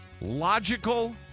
logical